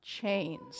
Chains